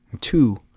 two